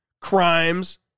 crimes